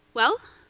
well,